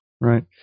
Right